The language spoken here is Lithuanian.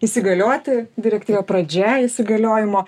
įsigalioti direktyva pradžia įsigaliojimo